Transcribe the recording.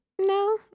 No